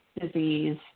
disease